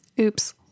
Oops